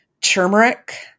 turmeric